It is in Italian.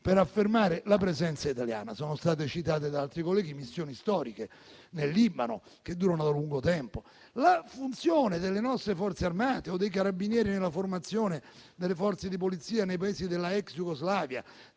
per affermare la presenza italiana. Sono state citate da altri colleghi missioni storiche nel Libano che durano da lungo tempo, la funzione delle nostre Forze armate o dei Carabinieri nella formazione delle forze di Polizia nei Paesi della ex Jugoslavia,